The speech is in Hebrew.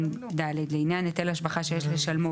תגיד את האמת, שלום.